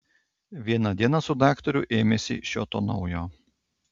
vieną dieną su daktaru ėmėsi šio to naujo